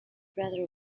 brother